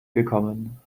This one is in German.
gekommen